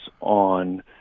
on